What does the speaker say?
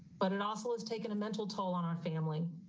but it also has taken a mental toll on our family,